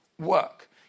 work